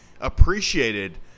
appreciated